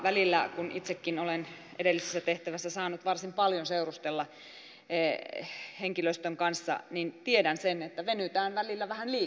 välillä kun itsekin olen edellisessä tehtävässä saanut varsin paljon seurustella henkilöstön kanssa niin tiedän sen että venytään välillä vähän liikaakin